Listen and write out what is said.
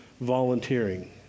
volunteering